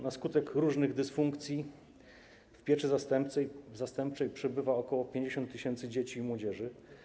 Na skutek różnych dysfunkcji w pieczy zastępczej przybywa ok. 50 tys. dzieci i młodzieży.